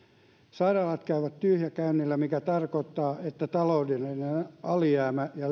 sairaalat käyvät tyhjäkäynnillä mikä tarkoittaa sitä että taloudellinen alijäämä ja